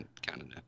Canada